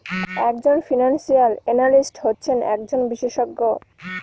এক জন financial analyst হচ্ছেন একজন বিশেষজ্ঞ